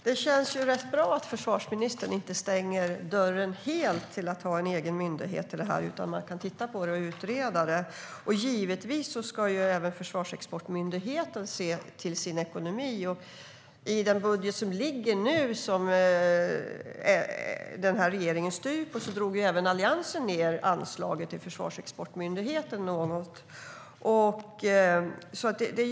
Herr talman! Det känns rätt bra att försvarsministern inte stänger dörren helt till att ha en egen myndighet utan säger att man kan titta på det och utreda det. Givetvis ska även Försvarsexportmyndigheten se till sin ekonomi. I den budget som ligger nu och som den här regeringen styr på drog även Alliansen ned anslaget till Försvarsexportmyndigheten något.